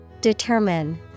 Determine